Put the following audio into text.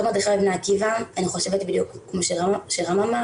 בתור מדריכה בבני עקיבא אני חושבת בדיוק כמו שרן אמר,